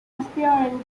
appearing